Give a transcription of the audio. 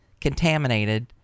contaminated